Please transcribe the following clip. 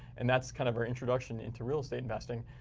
and that's kind of our introduction into real estate investing.